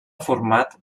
format